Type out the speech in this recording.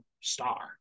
star